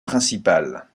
principale